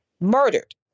murdered